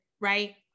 right